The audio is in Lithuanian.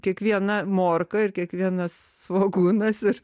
kiekviena morka ir kiekvienas svogūnas ir